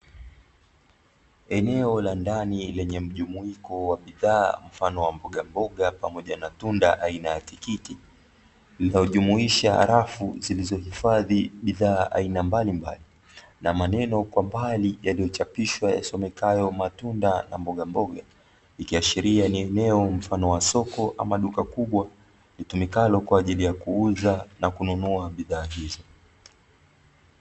Eneo la ndani lenye mjumuiko wa bidhaa mfano wa mbogamboga pamoja na tunda aina ya tikiti, linalojumuisha rafu zilizohifadhi bidhaa aina mbalimbali, na maneno kwa mbali yaliyochapishwa yasomekayo "matunda na mbogamboga"; ikiashiria ni eneo mfano wa soko ama duka kubwa, litumikalo kwa ajili ya kuuza na kununua bidhaa hizo.